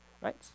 right